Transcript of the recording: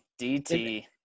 DT